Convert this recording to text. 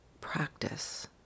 practice